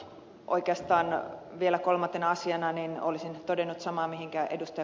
oikeastaan vielä kolmantena asiana olisin todennut samaa mihinkä ed